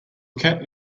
cat